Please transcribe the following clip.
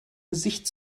gesicht